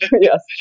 yes